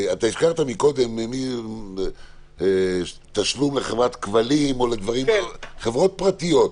הזכרת קודם תשלום לחברת כבלים או לחברות פרטיות.